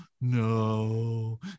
no